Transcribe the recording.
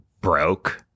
broke